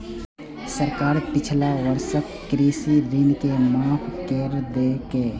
सरकार पिछला वर्षक कृषि ऋण के माफ कैर देलकैए